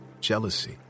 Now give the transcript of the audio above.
jealousy